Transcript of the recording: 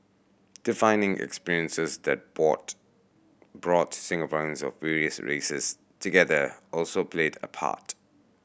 defining experiences that brought brought Singaporeans of various races together also played a part